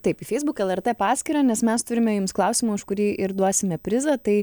taip į feisbuk lrt paskyrą nes mes turime jums klausimą už kurį ir duosime prizą tai